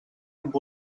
amb